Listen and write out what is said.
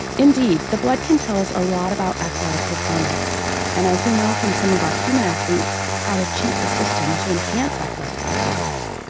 indeed, the blood can tell us a lot about athletic performance and, as we know from some of our human athletes, how to cheat the system to enhance athletic performance.